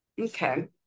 Okay